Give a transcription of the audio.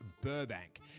Burbank